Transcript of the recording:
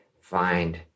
Find